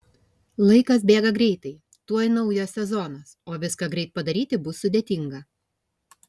laikas bėga greitai tuoj naujas sezonas o viską greit padaryti bus sudėtinga